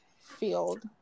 field